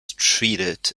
treated